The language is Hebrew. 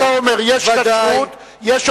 אתה אומר: יש כשרות,